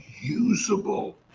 usable